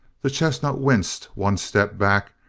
the chestnut winced one step back,